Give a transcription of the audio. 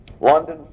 London